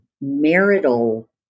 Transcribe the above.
marital